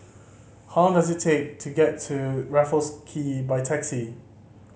how long does it take to get to Raffles Quay by taxi